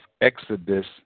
Exodus